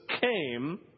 came